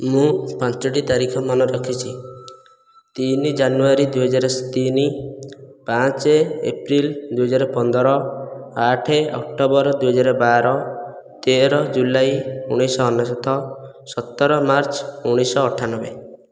ମୁଁ ପାଞ୍ଚଟି ତାରିଖ ମନେ ରଖିଛି ତିନି ଜାନୁଆରୀ ଦୁଇ ହଜାର ତିନି ପାଞ୍ଚ ଏପ୍ରିଲ ଦୁଇ ହଜାର ପନ୍ଦର ଆଠ ଅକ୍ଟୋବର ଦୁଇ ହଜାର ବାର ତେର ଜୁଲାଇ ଉଣେଇଶହ ଅନେଶ୍ୱତ ସତର ମାର୍ଚ୍ଚ ଉଣେଇଶହ ଅଠାନବେ